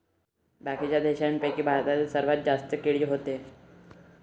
बाकीच्या देशाइंपेक्षा भारतात सर्वात जास्त केळी व्हते